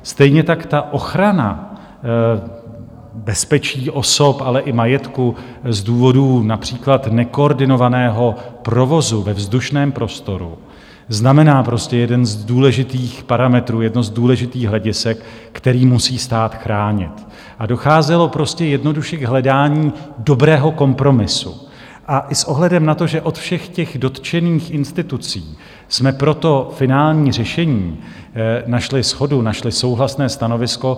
Stejně tak ochrana bezpečí osob, ale i majetku z důvodu například nekoordinovaného provozu ve vzdušném prostoru znamená prostě jeden z důležitých parametrů, jedno z důležitých hledisek, který musí stát chránit, a docházelo jednoduše k hledání dobrého kompromisu i s ohledem na to, že od všech dotčených institucí jsme pro finální řešení našli shodu, našli souhlasné stanovisko.